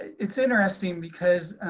it's interesting because,